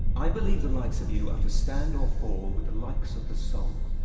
i believe the likes of you are to stand or fall with the likes of the soul,